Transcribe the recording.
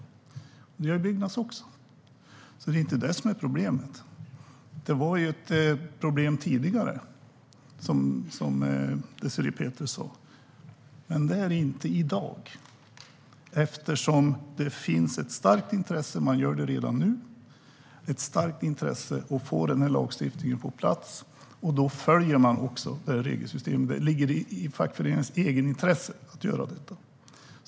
Det gäller även Byggnads. Tidigare var det ett problem, vilket Désirée Pethrus sa. Men det är det inte längre, eftersom det finns ett starkt intresse för att få denna lagstiftning på plats, och då följer man regelsystemet. Det ligger i fackföreningens egenintresse att göra det.